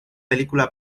película